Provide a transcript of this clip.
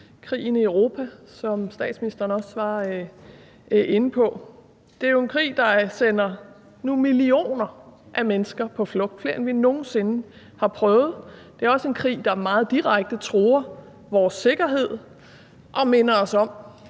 krigen i Europa, som statsministeren også var inde på. Det er jo en krig, der nu sender millioner af mennesker på flugt, flere, end vi nogen sinde har oplevet. Det er også en krig, der meget direkte truer vores sikkerhed og minder os om,